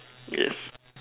yes